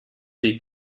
die